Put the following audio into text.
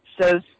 says